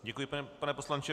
Děkuji, pane poslanče.